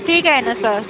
ठीक आहे ना सर